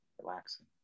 relaxing